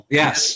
yes